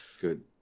Good